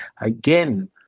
again